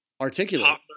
articulate